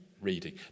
reading